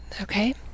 Okay